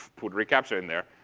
put recaptcha in there.